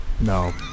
no